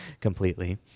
completely